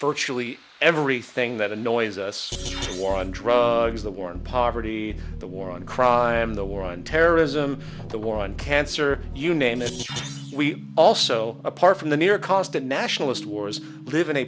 virtually everything that annoys us war on drugs the war on poverty the war on crime the war on terrorism the war on cancer you name it we also apart from the near constant nationalist wars live in a